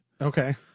Okay